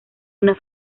una